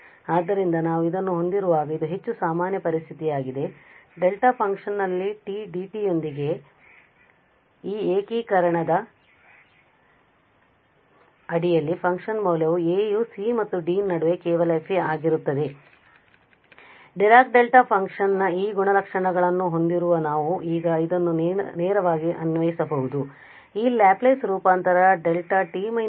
ಆದ್ದರಿಂದ ನಾವು ಇದನ್ನು ಹೊಂದಿರುವಾಗ ಇದು ಹೆಚ್ಚು ಸಾಮಾನ್ಯ ಪರಿಸ್ಥಿತಿಯಾಗಿದೆ ಡೆಲ್ಟಾ ಫಂಕ್ಷನ್ ಇಲ್ಲಿ dt ಯೊಂದಿಗೆ ಈ ಏಕೀಕರಣದ ಅಡಿಯಲ್ಲಿ ಫಂಕ್ಷನ್ ಮೌಲ್ಯವು a ಯು c ಮತ್ತು d ನಡುವೆ ಕೇವಲ f ಆಗಿರುತ್ತದೆ ಆದ್ದರಿಂದ ಡಿರಾಕ್ ಡೆಲ್ಟಾ ಫಂಕ್ಷನ್ ನ ಈ ಗುಣಲಕ್ಷಣಗಳನ್ನು ಹೊಂದಿರುವ ನಾವು ಈಗ ಇದನ್ನು ನೇರವಾಗಿ ಅನ್ವಯಿಸಬಹುದು ಈ ಲ್ಯಾಪ್ಲೇಸ್ ರೂಪಾಂತರ δt − a